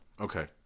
Okay